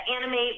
animate